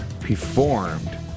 performed